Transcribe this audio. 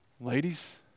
Ladies